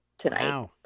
tonight